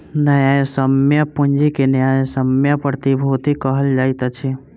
न्यायसम्य पूंजी के न्यायसम्य प्रतिभूति कहल जाइत अछि